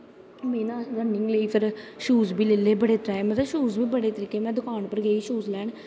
में ना रनिंग लेई फिर शूज़ बी लेई ले शूज़ बी बड़े तरीके दे में दुकान पर गेई शूज़ लैन